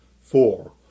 Four